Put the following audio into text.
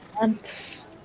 months